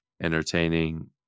entertaining